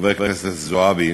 חברת הכנסת זועבי,